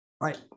Right